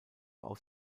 aus